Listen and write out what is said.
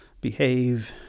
behave